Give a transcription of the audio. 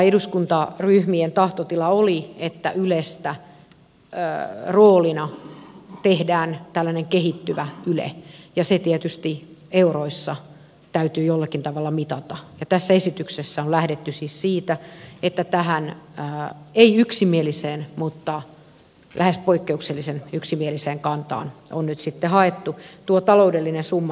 eduskuntaryhmien tahtotila oli että ylestä roolina tehdään kehittyvä yle ja se tietysti täytyy euroissa jollakin tavalla mitata ja tässä esityksessä on lähdetty siis siitä että tähän ei yksimieliseen mutta lähes yksimieliseen poikkeuksellisen yksimieliseen kantaan on nyt haettu taloudellinen summa joka sitä vastaa